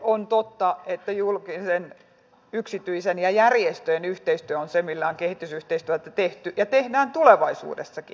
on totta että julkisen yksityisen ja järjestöjen yhteistyö on se millä on kehitysyhteistyötä tehty ja tehdään tulevaisuudessakin